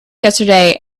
yesterday